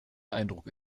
eindruck